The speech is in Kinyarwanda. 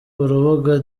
urubuga